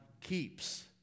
keeps